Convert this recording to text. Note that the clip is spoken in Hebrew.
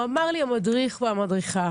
הוא אמר לי, המדריך או המדריכה.